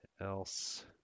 else